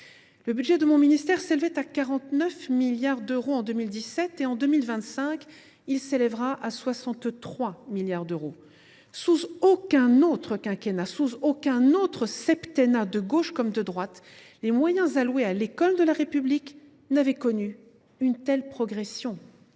Le budget de mon ministère s’élevait à 49 milliards d’euros en 2017 ; il s’élèvera à 63 milliards d’euros en 2025. Sous aucun autre quinquennat, ni même sous aucun autre septennat de gauche comme de droite, les moyens alloués à l’école de la République n’ont connu une telle progression.